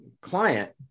client